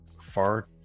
far